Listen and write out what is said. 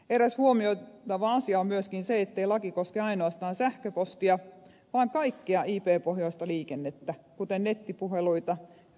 eräs huomioitava asia on myöskin se ettei laki koske ainoastaan sähköpostia vaan kaikkea ip pohjaista liikennettä kuten nettipuheluita ja pikaviestipalveluja